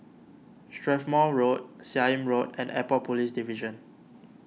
Strathmore Road Seah Im Road and Airport Police Division